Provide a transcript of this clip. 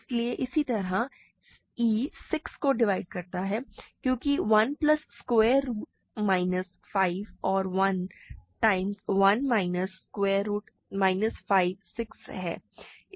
इसी तरह e 6 को डिवाइड करता है क्योंकि 1 प्लस स्क्वायर रुट माइनस 5 और 1 times 1 minus square root minus 5 6 है